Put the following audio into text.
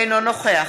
אינו נוכח